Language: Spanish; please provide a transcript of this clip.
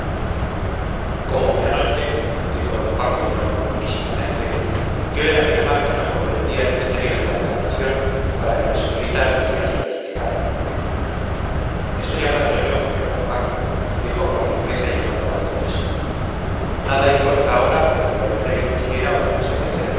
como que anoche dijo d paco inoportunísimamente dio en afirmar que no comprendía el misterio de la encarnación para que la señorita asunción se lo explicara estoy hablando yo sr d paco dijo con firmeza y enojo la condesa nada importa ahora lo que lord gray hiciera o dejase de hacer